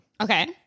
Okay